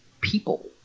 people